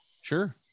Sure